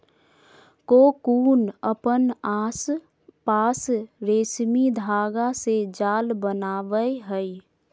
cocoon अपन आसपास रेशमी धागा से जाल बनावय हइ